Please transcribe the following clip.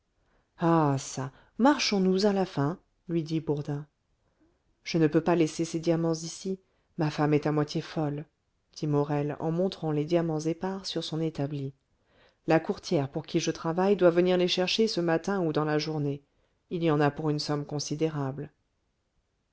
ah çà marchons-nous à la fin lui dit bourdin je ne peux pas laisser ces diamants ici ma femme est à moitié folle dit morel en montrant les diamants épars sur son établi la courtière pour qui je travaille doit venir les chercher ce matin ou dans la journée il y en a pour une somme considérable